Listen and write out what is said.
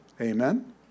Amen